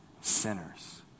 sinners